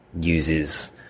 uses